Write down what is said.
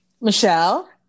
Michelle